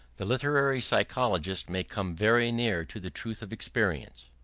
the literary psychologist may come very near to the truth of experience.